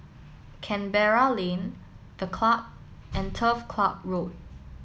Canberra Lane The Club and Turf Ciub Road